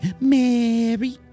Mary